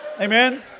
Amen